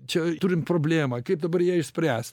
čia turim problemą kaip dabar ją išspręs